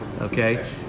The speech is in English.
okay